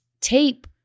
tape